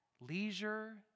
leisure